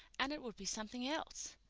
and it would be something else.